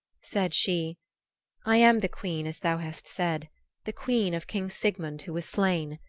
said she i am the queen as thou hast said the queen of king sigmund who was slain.